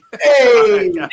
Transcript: Hey